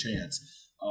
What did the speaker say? chance